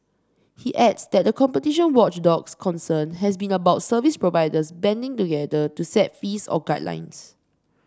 he adds that the competition watchdog's concern has been about service providers banding together to set fees or guidelines